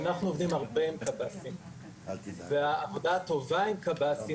אנחנו עובדים הרבה עם קבסי"ם והעבודה הטובה עם קבסי"ם